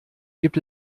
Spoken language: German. gibt